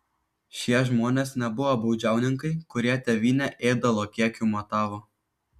šie žmonės nebuvo baudžiauninkai kurie tėvynę ėdalo kiekiu matavo